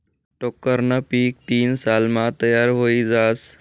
टोक्करनं पीक तीन सालमा तयार व्हयी जास